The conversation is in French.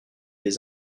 des